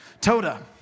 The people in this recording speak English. Toda